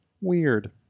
weird